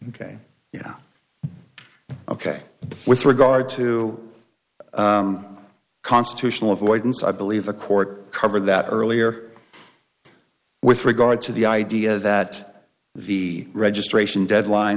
ok yeah ok with regard to constitutional avoidance i believe the court covered that earlier with regard to the idea that the registration deadline